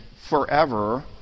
forever